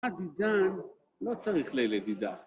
‫הדידן לא צריך לילה דידה.